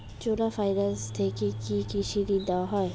চোলা finance থেকে কি কৃষি ঋণ দেওয়া হয়?